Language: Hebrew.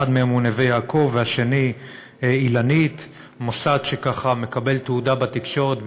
אחד מהם הוא "נווה יעקב" והשני "אילנית" מוסד שמקבל תהודה בתקשורת,